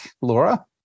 Laura